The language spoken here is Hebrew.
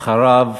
ואחריו,